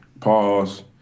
pause